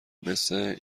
مثه